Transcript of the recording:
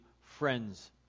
friends